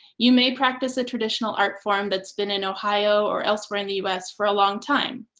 you may practice a traditional art form that's been in ohio or elsewhere in the us for a long time,